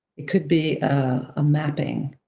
it could be a mapping